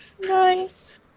Nice